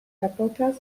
supporters